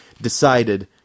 decided